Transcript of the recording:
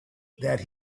that